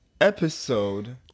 episode